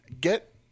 get